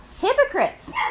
hypocrites